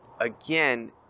again